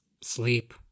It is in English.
sleep